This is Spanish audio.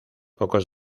pocos